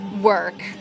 work